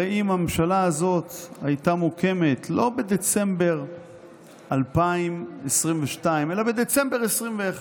הרי אם הממשלה הזו הייתה מוקמת לא בדצמבר 2022 אלא בדצמבר 2021,